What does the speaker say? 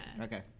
Okay